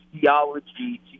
theology